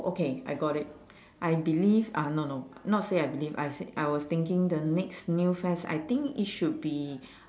okay I got it I believe uh no no not say I believe I say I was thinking the next new fad I think it should be